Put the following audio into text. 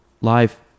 Live